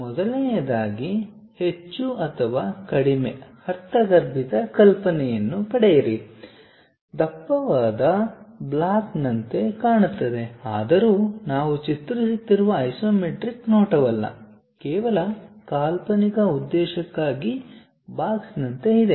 ಮೊದಲನೆಯದಾಗಿ ಹೆಚ್ಚು ಅಥವಾ ಕಡಿಮೆ ಅರ್ಥಗರ್ಭಿತ ಕಲ್ಪನೆಯನ್ನು ಪಡೆಯಿರಿ ದಪ್ಪವಾದ ಬ್ಲಾಕ್ನಂತೆ ಕಾಣುತ್ತದೆ ಆದರೂ ನಾವು ಚಿತ್ರಿಸುತ್ತಿರುವ ಐಸೊಮೆಟ್ರಿಕ್ ನೋಟವಲ್ಲ ಕೇವಲ ಕಾಲ್ಪನಿಕ ಉದ್ದೇಶಕ್ಕಾಗಿ ಬಾಕ್ಸ್ನಂತೆ ಇದೆ